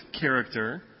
character